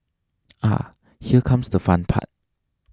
ah here comes the fun part